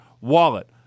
wallet